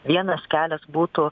vienas kelias būtų